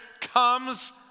comes